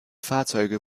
fahrzeuge